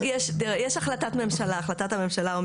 יש החלטת ממשלה,